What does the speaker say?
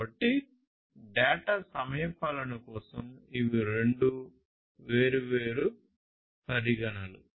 కాబట్టి డేటా సమయపాలన కోసం ఇవి రెండు వేర్వేరు పరిగణనలు